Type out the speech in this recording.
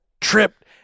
tripped